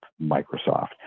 Microsoft